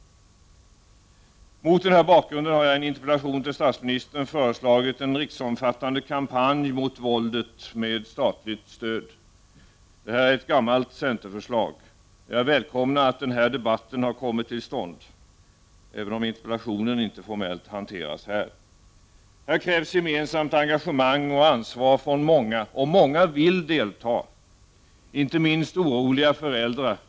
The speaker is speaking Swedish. Mot den här bakgrunden har jag i en interpellation till statsministern föreslagit en riksomfattande kampanj med statligt stöd mot våldet. Det är ett gammalt centerförslag. Jag välkomnar att denna debatt har kommit till stånd, även om interpellationen formellt inte behandlas här. Det krävs gemensamt engagemang och ansvar från många, och många vill delta, inte minst oroliga föräldrar.